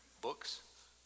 books